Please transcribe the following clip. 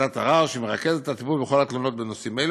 ועדת ערר שמרכזת את הטיפול בכל התלונות בנושאים אלו